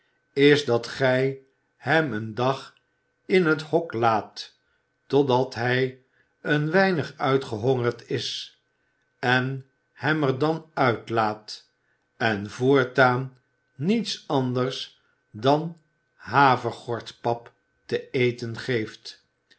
is dat gij hem een dag in het hok laat totdat hij een weinig uitgehongerd is en hem er dan uitlaat en voortaan niets anders dan havergortpap te eten geeft